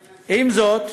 4. עם זאת,